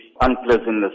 unpleasantness